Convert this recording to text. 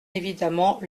évidemment